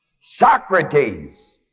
Socrates